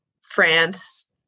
France